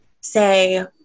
say